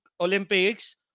Olympics